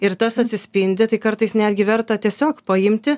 ir tas atsispindi tai kartais netgi verta tiesiog paimti